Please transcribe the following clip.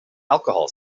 alcohol